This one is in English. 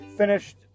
finished